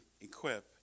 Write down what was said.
equip